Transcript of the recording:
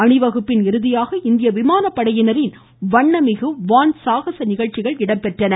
அணிவகுப்பின் இறுதியாக இந்திய விமானப்படையினரின் வண்ணமிகு வான் சாகச நிகழ்ச்சிகள் இடம்பெற்றன